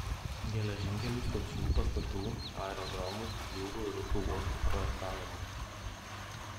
geležinkelių stočių pastatų aerodromų jūrų ir upių uostų projektavimui